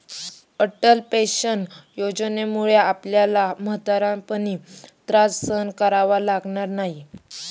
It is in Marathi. अटल पेन्शन योजनेमुळे आपल्याला म्हातारपणी त्रास सहन करावा लागणार नाही